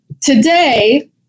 Today